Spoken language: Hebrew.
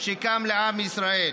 שקם לעם ישראל.